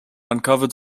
uncovered